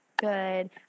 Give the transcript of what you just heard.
Good